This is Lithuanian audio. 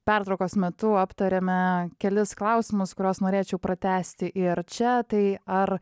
pertraukos metu aptarėme kelis klausimus kuriuos norėčiau pratęsti ir čia tai ar